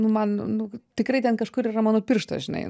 nu man nu tikrai ten kažkur yra mano pirštas žinai